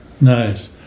nice